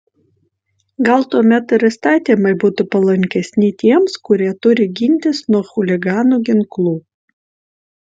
gal tuomet ir įstatymai būtų palankesni tiems kurie turi gintis nuo chuliganų ginklu